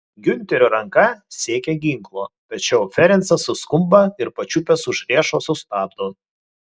giunterio ranka siekia ginklo tačiau ferencas suskumba ir pačiupęs už riešo sustabdo